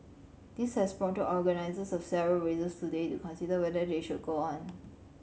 this has prompted organisers of several races today to consider whether they should go on